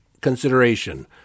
consideration